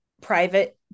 private